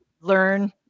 learn